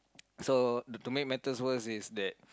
so to make matters worse is that